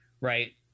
right